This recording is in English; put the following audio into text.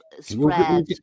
spread